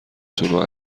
تون